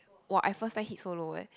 like !wah! I first time hit so low eh